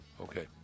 Okay